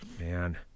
Man